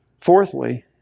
fourthly